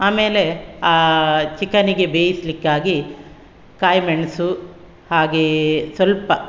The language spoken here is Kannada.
ಆಮೇಲೆ ಆ ಚಿಕನಿಗೆ ಬೇಯಿಸಲಿಕ್ಕಾಗಿ ಕಾಯಿಮೆಣ್ಸು ಹಾಗೆಯೇ ಸ್ವಲ್ಪ